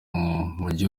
mujyi